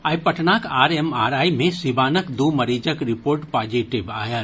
आइ पटनाक आरएमआरआइ मे सीवानक दू मरीजक रिपोर्ट पॉजिटिव आयल